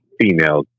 female